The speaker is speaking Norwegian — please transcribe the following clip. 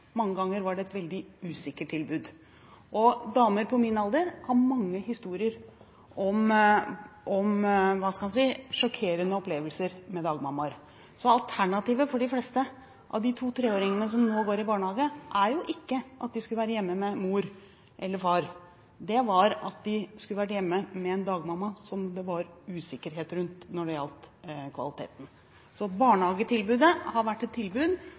Mange ganger var det et veldig usikkert tilbud. Damer på min alder har mange historier om – skal vi si – sjokkerende opplevelser med dagmammaer. Alternativet for de fleste av de to-treåringene som nå går i barnehage, er jo ikke at de skulle være hjemme med mor eller far, det var at de skulle vært hjemme med en dagmamma som det var usikkerhet rundt når det gjaldt kvaliteten. Barnehagetilbudet har vært et tilbud